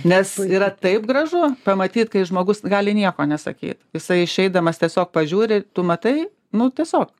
nes yra taip gražu pamatyti kai žmogus gali nieko nesakyt jisai išeidamas tiesiog pažiūri tu matai nu tiesiog